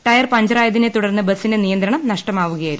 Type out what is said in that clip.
tyre പഞ്ചറായതിനെ തുടർന്ന് ബസിന്റെ നിയന്ത്രണം നഷ്ടമാവുകയായിരുന്നു